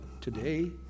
today